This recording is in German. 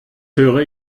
höre